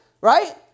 right